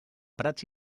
prats